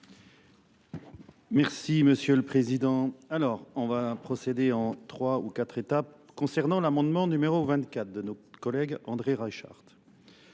Merci Monsieur le Président. Alors on va procéder en trois ou quatre étapes concernant l'amendement numéro 24 de nos collègues André Reichardt.